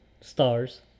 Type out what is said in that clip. stars